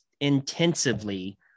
Intensively